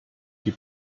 die